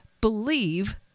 believe